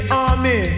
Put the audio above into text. army